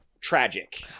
tragic